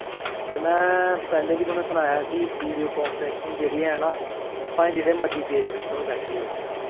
ते में पैह्लैं बी तुसेंगी सनाया कि बीडियो कांफ्रैंसिग जेह्ड़ी ऐ ना भामें जेह्ड़े मर्जी देश बिच्च तुस बैठे दे हो